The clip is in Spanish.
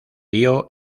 dio